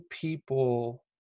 people